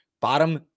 bottom